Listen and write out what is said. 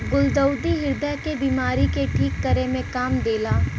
गुलदाउदी ह्रदय क बिमारी के ठीक करे में काम देला